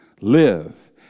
live